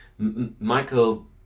Michael